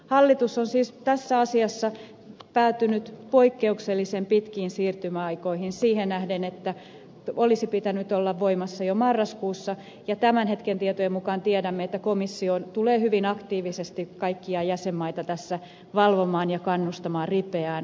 hallitus on siis tässä asiassa päätynyt poikkeuksellisen pitkiin siirtymäaikoihin siihen nähden että lain olisi pitänyt olla voimassa jo marraskuussa ja tämän hetken tietojen mukaan tiedämme että komissio tulee hyvin aktiivisesti kaikkia jäsenmaita tässä valvomaan ja kannustamaan ripeään implementointiin